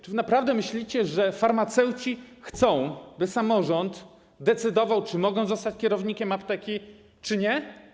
Czy naprawdę myślicie, że farmaceuci chcą, by samorząd decydował o tym, czy mogą zostać kierownikami aptek, czy nie?